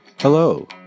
Hello